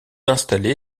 installé